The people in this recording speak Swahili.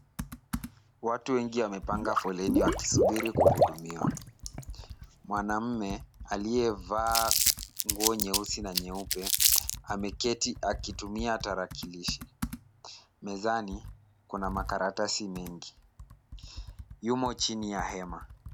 Watu wengi wamepanga foleni wakisubiri kuhudumiwa. Mwanamume aliyevaa nguo nyeusi na nyeupe ameketi akitumia tarakilishi. Mezani kuna makaratasi mingi. Yumo chini ya hema.